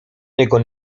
niego